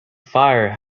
fire